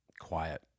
quiet